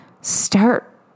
Start